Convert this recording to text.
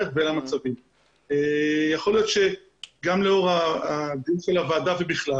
יכול להיות שגם לאור דיון הוועדה ובכלל,